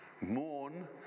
mourn